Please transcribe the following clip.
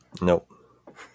Nope